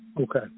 Okay